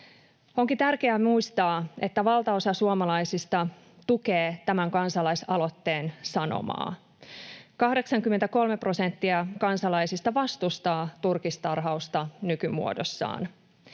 Onkin tärkeää muistaa, että valtaosa suomalaisista tukee tämän kansalaisaloitteen sanomaa. 83 prosenttia kansalaisista vastustaa turkistarhausta nykymuodossaan.